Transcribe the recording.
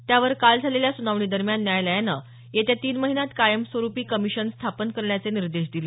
त्यावर काल झालेल्या सुनावणीदरम्यान न्यायालयानं येत्या तीन महिन्यात कायम स्वरुपी कमीशन स्थापन करण्याचे निर्देश दिले